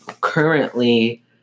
currently